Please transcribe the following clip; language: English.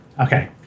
Okay